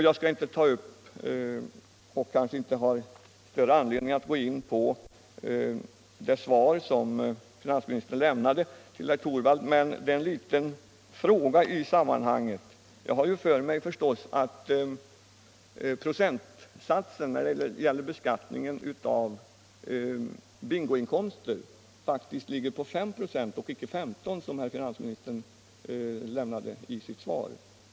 Jag har inte större anledning att gå in på det svar som finansministern lämnade till herr Torwald, men jag vill ställa en liten fråga i sammanhanget. Jag har ju för mig att procentsatsen när det gäller beskattningen av bingoinkomster ligger på 5 96 och icke på 15 926 som herr finansministern sade i sitt svar.